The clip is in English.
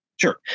Sure